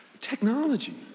technology